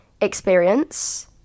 experience